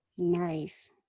Nice